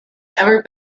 ever